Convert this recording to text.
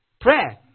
Prayer